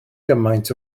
gymaint